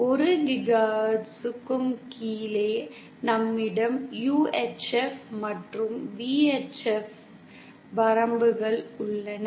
1 GHz க்கும் கீழே நம்மிடம் UHF மற்றும் VHF வரம்புகள் உள்ளன